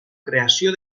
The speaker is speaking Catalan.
creació